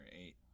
eight